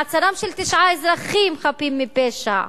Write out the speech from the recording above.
מעצרם של תשעה אזרחים חפים מפשע,